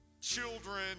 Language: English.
children